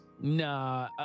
Nah